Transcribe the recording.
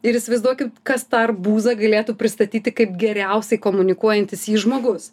ir įsivaizduokit kas tą arbūzą galėtų pristatyti kaip geriausiai komunikuojantis jį žmogus